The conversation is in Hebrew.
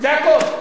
זה הכול,